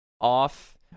off